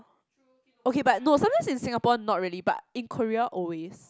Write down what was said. okay but no sometimes in Singapore not really but in Korea always